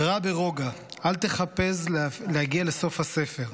קרא ברוגע, אל תיחפז להגיע לסוף הספר.